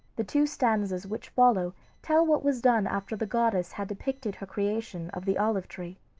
the two stanzas which follow tell what was done after the goddess had depicted her creation of the olive tree